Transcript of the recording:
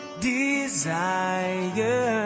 desire